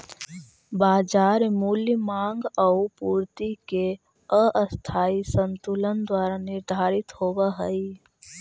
बाजार मूल्य माँग आउ पूर्ति के अस्थायी संतुलन द्वारा निर्धारित होवऽ हइ